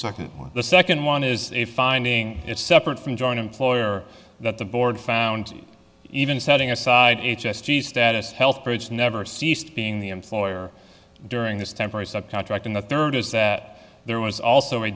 second one the second one is finding it separate from join employer that the board found even setting aside h s t status health bridge never ceased being the employer during this temporary subcontract and the third is that there was also